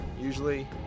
usually